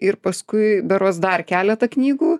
ir paskui berods dar keletą knygų